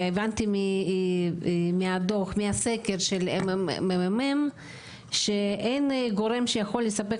והבנתי מהסקר של ממ"מ שאין גורם שיכול לספק